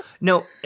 no